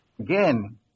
again